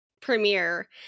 premiere